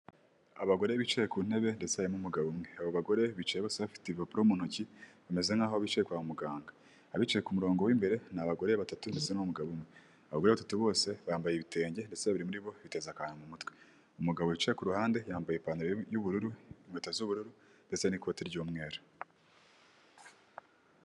Abagore bicaye ku ntebe ndetse hari n'umugabo umwe abo bagore bicaye bose se bafite ipapuro mu ntoki bameze nk'aho bicaye kwa muganga abicaye ku murongo w'imbere ni abagore batatu ndetse n'umugabo umwe abagore batatu bose bambaye ibitenge ndetse babiri muri bo bafite biteze akantu mu mutwe umugabo wicaye kuruhande yambaye ipantaro y'ubururu, inkweta z'ubururu ndetse n'ikoti ry'umweru.